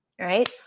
right